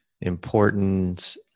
important